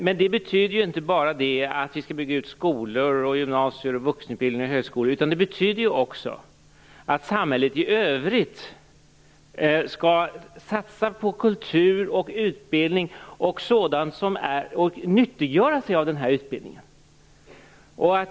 Men det betyder inte bara att vi skall bygga ut skolor, gymnasier, vuxenutbildning och högskolor, utan det betyder också att samhället i övrigt skall satsa på kultur och utbildning och nyttiggöra sig av denna utbildning.